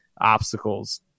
obstacles